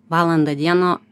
valandą dieną